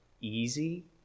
easy